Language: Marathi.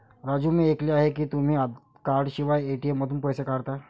राजू मी ऐकले आहे की तुम्ही कार्डशिवाय ए.टी.एम मधून पैसे काढता